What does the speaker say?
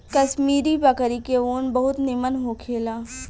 कश्मीरी बकरी के ऊन बहुत निमन होखेला